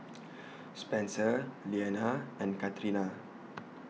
Spencer Leanna and Catrina